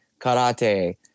Karate